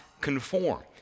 conform